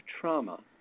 trauma